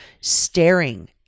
staring